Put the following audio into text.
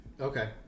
Okay